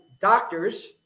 doctors